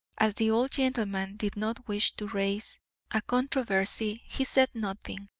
as the old gentleman did not wish to raise a controversy, he said nothing,